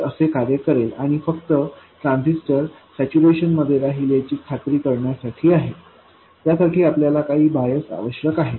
हे असे कार्य करेल आणि हे फक्त ट्रांझिस्टर सॅच्यूरेशन मध्ये राहील याची खात्री करण्यासाठी आहे त्यासाठी आपल्याला काही बायस आवश्यक आहेत